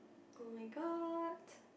oh-my-god